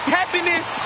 happiness